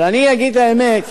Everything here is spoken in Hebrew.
אבל אני אגיד את האמת,